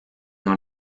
dans